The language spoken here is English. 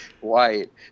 white